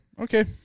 Okay